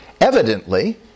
Evidently